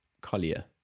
Collier